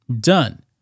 done